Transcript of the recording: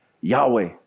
Yahweh